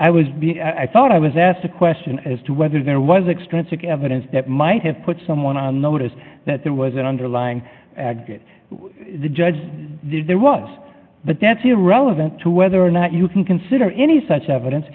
i was i thought i was asked a question as to whether there was extensive evidence that might have put someone on notice that there was an underlying the judge there was but that's irrelevant to whether or not you can consider any such evidence